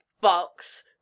Box